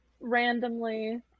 randomly